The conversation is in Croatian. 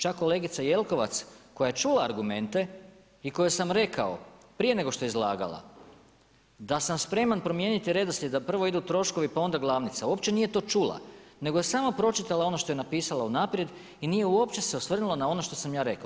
Čak kolegica Jelkovac koja je čula argumente i kojoj sam rekao prije nego što je izlagala da sam spreman promijeniti redoslijed, da prvo idu troškovi, pa onda glavnica, uopće nije to čula nego je samo pročitala ono što je napisala unaprijed i nije uopće se osvrnula na ono što sam ja rekao.